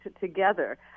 together